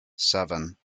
seven